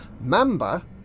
Mamba